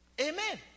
Amen